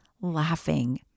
laughing